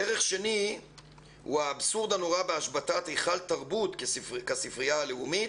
ערך שני הוא האבסורד הנורא בהשבתה של היכל תרבות כַּספרייה הלאומית,